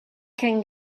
can